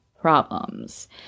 problems